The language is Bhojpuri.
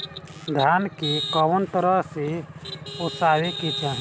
धान के कउन तरह से ओसावे के चाही?